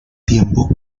tiempo